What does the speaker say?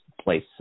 place